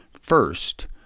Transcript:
First